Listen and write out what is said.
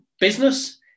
business